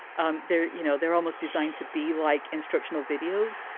um they're you know, they're almost designed to be like instructional videos.